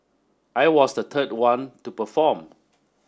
I was the third one to perform